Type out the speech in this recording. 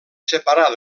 separar